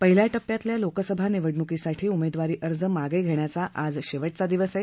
पहिल्या टप्प्यातल्या लोकसभा निवडणुकीसाठी उमेदवारी अर्ज मागं घेण्याचा आज शेवटचा दिवस आहे